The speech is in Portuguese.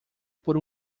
por